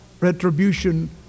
retribution